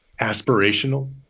aspirational